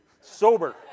sober